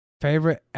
Favorite